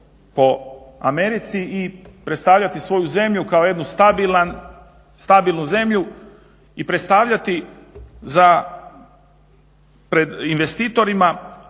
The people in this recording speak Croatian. po Americi i predstavljati svoju zemlju kao jednu stabilnu zemlju i predstavljati pred investitorima